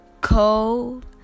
Cold